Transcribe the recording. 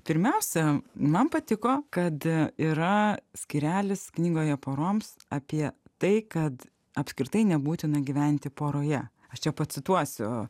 pirmiausia man patiko kad yra skyrelis knygoje poroms apie tai kad apskritai nebūtina gyventi poroje aš čia pacituosiu